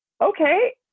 okay